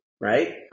Right